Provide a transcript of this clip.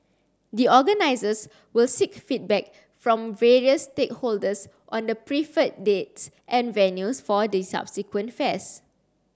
the organisers will seek feedback from various stakeholders on the preferred dates and venues for the subsequent fairs